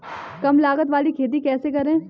कम लागत वाली खेती कैसे करें?